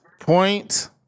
Point